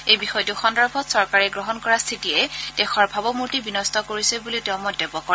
এই বিষয়টো সন্দৰ্ভত চৰকাৰে গ্ৰহণ কৰা স্থিতিয়ে দেশৰ ভাৱমূৰ্তি বিন্ট কৰিছে বুলিও তেওঁ মন্তব্য কৰে